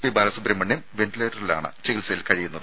P Balasubrahmanyam വെന്റിലേറ്ററിലാണ് ചികിത്സയിൽ കഴിയുന്നത്